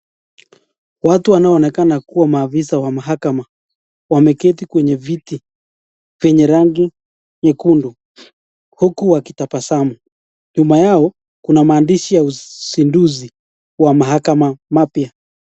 Watu wanaoonekana kuwa maafisa wa mahakama wameketi kwenye viti vyenye rangi nyekundu huku wakitabasamu. Nyuma yao kuna maandishi ya uzinduzi wa mahakama mapya.